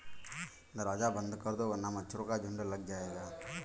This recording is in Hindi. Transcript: दरवाज़ा बंद कर दो वरना मच्छरों का झुंड लग जाएगा